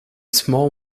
small